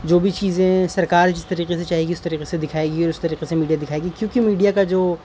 جو بھی چیزیں سرکار جس طریقے سے چاہے گی اس طریقے سے دکھائے گی اور اس طریقے سے میڈیا دکھائے گی کیونکہ میڈیا کا جو